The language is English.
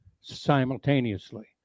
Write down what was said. simultaneously